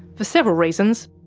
for several reasons,